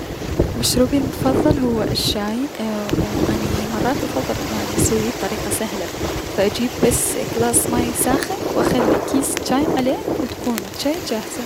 مشروبي المفضل هو الشاي فمرات اني افضل انو اسويه بطريقة سهلة فبس اجيب كلاس ماي ساخن و اخلي كيس جاي عليه و تكون الجاي جاهزة.